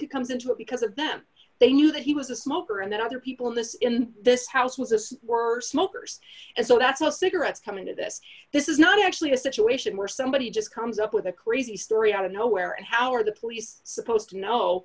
he comes into it because of them they knew that he was a smoker and that other people in this in this house with us were smokers and so that's all cigarettes come into this this is not actually a situation where somebody just comes up with a crazy story out of nowhere and how are the police supposed to know